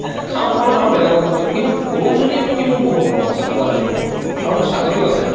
এই খাওঁ ঘৰত আৰু বেলেগকো দিওঁ কিন্তু গৰুজনীৰ প্ৰতি মোৰ বহুত মৰম আছে পোৱালিজনীৰ প্ৰতিও মৰম আও মোৰ ছাগলীও আছে